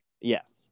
Yes